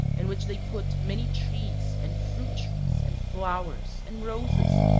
in which they put many trees, and fruit-trees, and flowers, and roses,